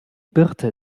birte